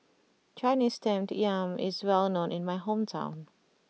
Chinese Steamed Yam is well known in my hometown